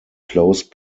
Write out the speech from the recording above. close